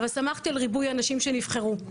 אבל שמחתי על ריבוי הנשים שנבחרו,